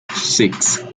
six